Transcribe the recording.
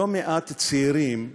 לא מעט צעירים וצעירות,